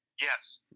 Yes